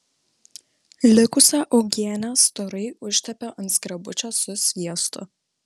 likusią uogienę storai užtepė ant skrebučio su sviestu